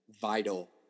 vital